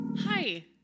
Hi